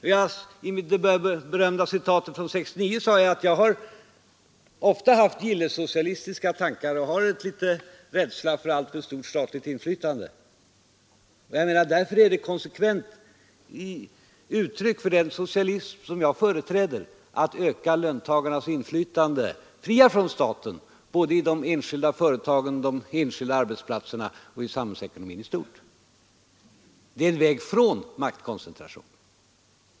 I mitt numera berömda citat från 1969 sade jag att jag ofta har haft gillessocialistiska tankar och en rädsla för ett alltför stort statligt inflytande. Därför är det ett konsekvent uttryck för den socialism som jag företräder att öka löntagarnas inflytande, fritt från staten, både i de enskilda företagen, på de enskilda arbetsplatserna och i samhällsekonomin i stort. Det är en väg från maktkoncentration.